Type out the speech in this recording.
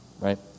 right